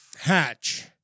Hatch